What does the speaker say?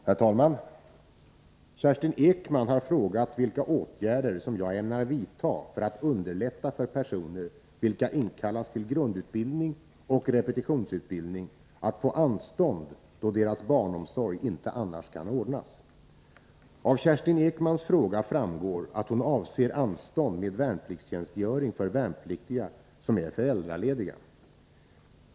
Herr talman! Kerstin Ekman har frågat vilka åtgärder som jag ämnar vidta för att underlätta för personer vilka inkallas till grundutbildning och repetitionsutbildning att få anstånd då deras barnomsorg inte annars kan ordnas. Av Kerstin Ekmans fråga framgår att hon avser anstånd med värnpliktstjänstgöring för värnpliktiga som är föräldralediga.